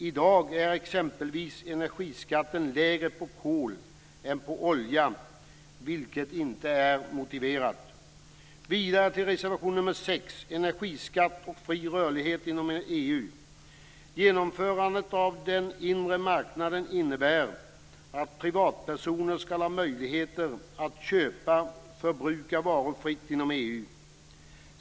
I dag är exempelvis energiskatten lägre på kol än på olja, vilket inte är motiverat. Sedan gäller det reservation nr 6 om energiskatt och fri rörlighet inom EU.Genomförandet av den inre marknaden innebär att privatpersoner skall ha möjligheter att köpa och förbruka varor fritt inom EU.